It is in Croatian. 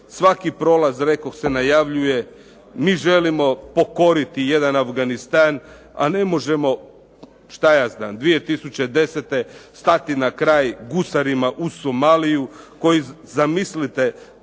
Svaki prolaz rekoh se najavljuje, mi želimo pokoriti jedan Afganistan a ne možemo 2010. stati na kraj gusarima uz Somaliju koji, zamislite,